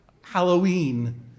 Halloween